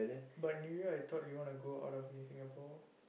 but New Year I thought you want to go out of eh Singapore